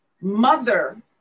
mother